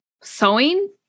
sewing